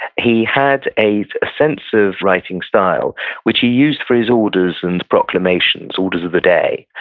he had a sense of writing style which he used for his orders and proclamations, orders of the day,